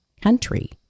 country